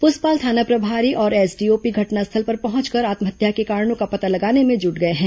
पुसपाल थाना प्रभारी और एसडीओपी घटनास्थल पर पहुंचकर आत्महत्या के कारणों का पता लगाने में जुट गए हैं